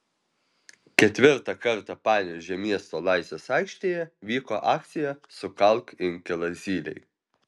ketvirtą kartą panevėžio miesto laisvės aikštėje vyko akcija sukalk inkilą zylei